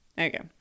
okay